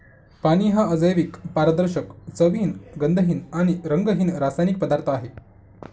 पाणी हा अजैविक, पारदर्शक, चवहीन, गंधहीन आणि रंगहीन रासायनिक पदार्थ आहे